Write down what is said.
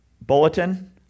bulletin